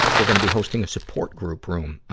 we're gonna be hosting a support group room, ah,